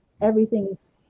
Everything's